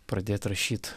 pradėt rašyt